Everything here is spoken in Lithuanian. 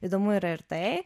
įdomu yra ir tai